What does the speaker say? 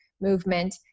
movement